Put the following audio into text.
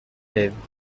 lèvres